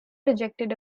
rejected